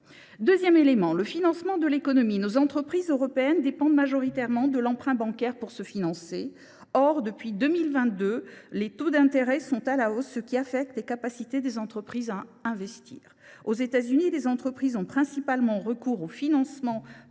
également aborder le financement de l’économie. Nos entreprises européennes dépendent majoritairement de l’emprunt bancaire pour se financer. Or, depuis 2022, les taux d’intérêt sont à la hausse, ce qui affecte les capacités des entreprises à investir. Aux États Unis, les entreprises ont principalement recours au financement par